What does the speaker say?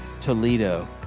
Toledo